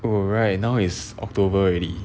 oh right now is october already